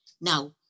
Now